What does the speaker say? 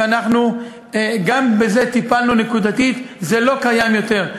ואנחנו גם בזה טיפלנו נקודתית, זה לא קיים יותר.